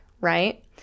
right